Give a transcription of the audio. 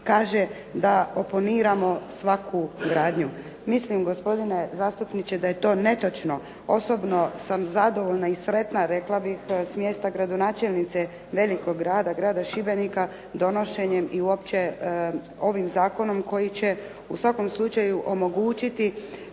kaže da oponiramo svaku gradnju. Mislim gospodine zastupniče da je to netočno. Osobno sam zadovoljna i sretna rekla bih s mjesta gradonačelnice velikog grada, Grada Šibenika donošenjem i uopće ovim zakonom koji će u svakom slučaju omogućiti